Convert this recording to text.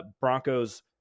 Broncos